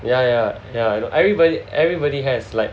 yeah ya ya ya everybody everybody has like